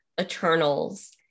Eternals